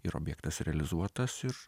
ir objektas realizuotas ir